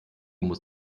muss